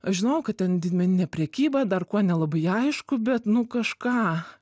aš žinojau kad ten didmeninė prekyba dar kuo nelabai aišku bet nu kažką